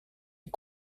est